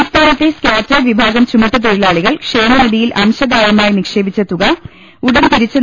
സംസ്ഥാനത്തെ സ്കേറ്റേർഡ് വിഭാഗം ചുമട്ട് തൊഴിലാളികൾ ക്ഷേമനിധിയിൽ അംശദായമായി നിക്ഷേപിച്ച തുക ഉടൻ തിരിച്ചു